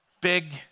big